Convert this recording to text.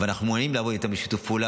ואנחנו מעוניינים לעבוד איתם בשיתוף פעולה